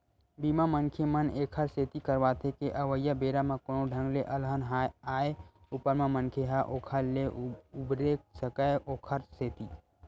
बीमा, मनखे मन ऐखर सेती करवाथे के अवइया बेरा म कोनो ढंग ले अलहन आय ऊपर म मनखे ह ओखर ले उबरे सकय ओखर सेती